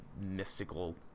mystical –